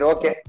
Okay